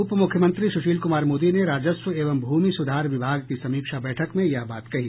उप मुख्यमंत्री सुशील कुमार मोदी ने राजस्व एवं भूमि सुधार विभाग की समीक्षा बैठक में यह बात कहीं